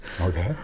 okay